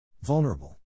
Vulnerable